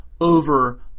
over